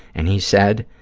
and he said,